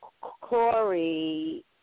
Corey